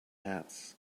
hats